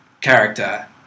character